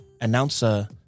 announcer